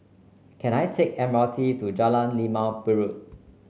can I take the M R T to Jalan Limau Purut